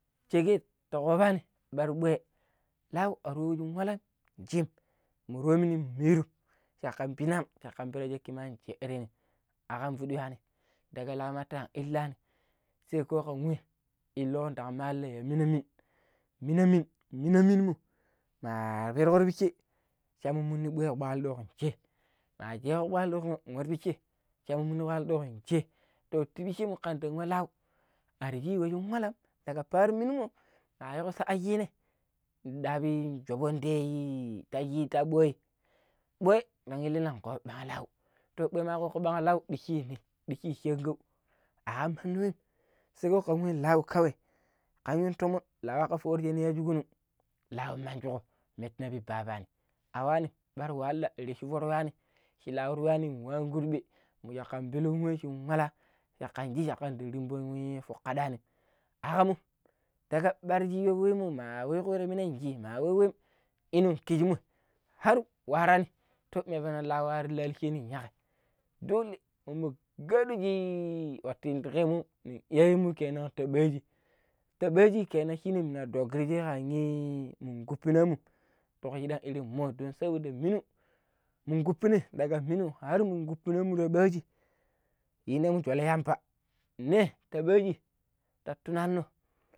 ﻿teger ta gobani mari gbew lau a wuro jin wala ncim mu tomini nmirum cakka piina am cakka pero ya cakki ma an jeɗereenim akam Fuɗɗi yuanim daga Lau matan illaani sai ko kan we ndi malla yanmina min, mina min, mina minmo mo Perko ti picce shammu muni ɓwali ɗok ncei ma ceƙƙo ɓwali dok nwaru picce cei nwaru ɗok ncei to picce mma kar nwa lau arshin we shin walam ɓar paaro min mo ma yiiko sala cinnai ɗaɓi shoovon to cinnai to ɓwoiyi ɓwee ndo inlino koovo ɓanghi lau to ɓwee makokko ɓanglau, ɗicci li ɗicci shangau akan mandi sai ko karwi Laukawai kan gun tomon lau fooruko shene yajugunun lau manjuko metti na pii tattaani a waani ɓar walla erim juro wahalaim sheruforowalim kurɓem mu caƙƙan riɓon ma shin wala jakandi jakandibiriwune fok kaɗaan akamu daga ɓar ciiyo we mmo matan nwa we ci ma nwam ta ɗiiyan kijimmoi har warani to mapenan waranin chiko yagai dole mamu kaduji watun indikemu nin iyayemun kenan ta ɗaaji ta ɓaaji kenan shine nla dogari kaje kanyii kupnaamun toyin gida mun don saboda minu mukuppinaa daga pinu har a kan minu ta ɓaaji yii neemu jal yamba ne ta ɓaa ji ta tunano̱.